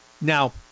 Now